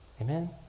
amen